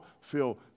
feel